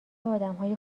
آدمهای